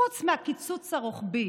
חוץ מהקיצוץ הרוחבי